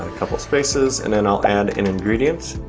ah couple of spaces and then i'll add an ingredient.